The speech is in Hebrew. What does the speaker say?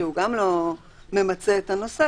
שגם אינו ממצה את הנושא,